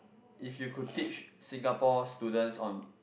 if you could teach Singapore students on